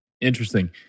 Interesting